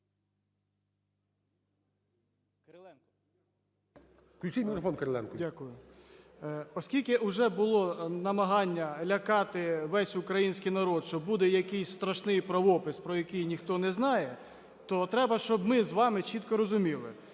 Оскільки уже було намагання лякати весь український народ, що буде якийсь страшний правопис, про який ніхто не знає, то треба, щоб ми з вами чітко розуміли,